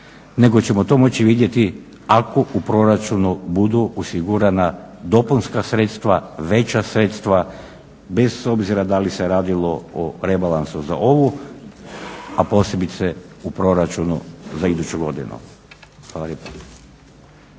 nego ćemo to moći vidjeti ako u proračunu budu osigurana dopunska sredstva, veća sredstva, bez obzira da li se radilo o rebalansu za ovu, a posebice u proračunu za iduću godinu. Hvala lijepo.